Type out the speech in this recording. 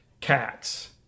cats